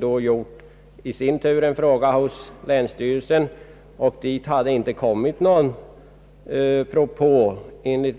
Tidningsmannen hade nämligen talat med en tjänsteman vid länsstyrelsen i ett län där betydande översvämningar ägt rum och fått den uppgiften